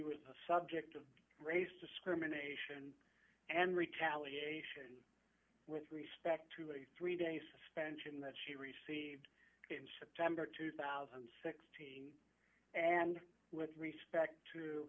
a subject of race discrimination and retaliation with respect to a three day suspension that she received in september two thousand and six and with respect to